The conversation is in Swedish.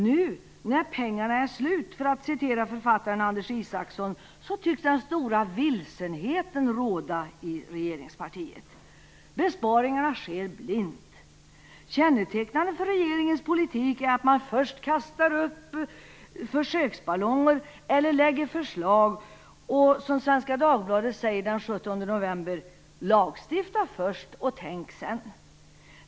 Nu "när pengarna är slut" - för att citera författaren Anders Isaksson - tycks den stora vilsenheten råda i regeringspartiet. Besparingarna sker blint. Kännetecknande för regeringens politik är att man först kastar upp försöksballonger eller lägger fram förslag - som Svenska Dagbladet skriver den 17 november: "Lagstifta först och tänk sedan!"